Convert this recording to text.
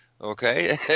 Okay